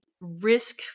risk